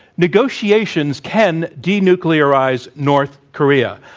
negotiations can denuclearize north korea.